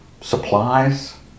supplies